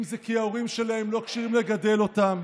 אם זה כי ההורים שלהם לא כשירים לגדל אותם,